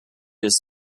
his